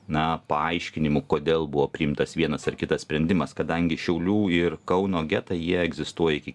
na paaiškinimų kodėl buvo priimtas vienas ar kitas sprendimas kadangi šiaulių ir kauno getą jie egzistuoja iki